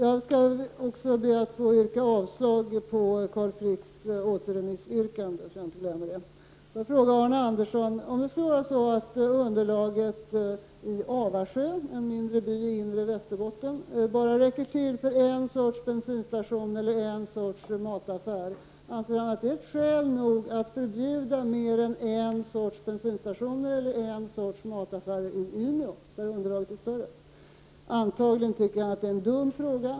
Herr talman! Också jag yrkar nu avslag på Carl Fricks återremissyrkande, så att jag inte glömmer det. Jag vill fråga Arne Andersson i Gamleby följande. Om det ekonomiska underlaget i Avasjön, en mindre by i inre Västerbotten, bara räcker till för en sorts bensinstation eller en mataffär, anser Arne Andersson då att detta är skäl nog att förbjuda fler än en bensinstation och en mataffär i Umeå, där underlaget är större? Antagligen tycker Arne Andersson att det är en dum fråga.